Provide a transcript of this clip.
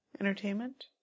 Entertainment